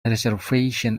reservation